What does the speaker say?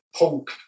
punk